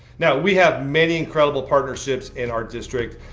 now, we have many incredible partnerships in our district.